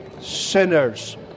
sinners